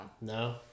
No